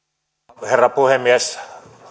arvoisa herra puhemies